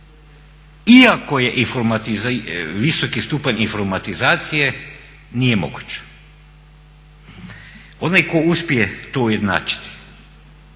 iako je visoki stupanj informatizacije nije moguć. Onaj tko uspije to ujednačiti,